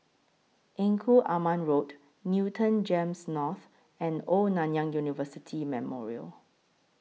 Engku Aman Road Newton Gems North and Old Nanyang University Memorial